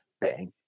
bang